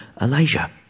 Elijah